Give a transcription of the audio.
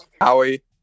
Howie